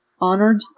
honored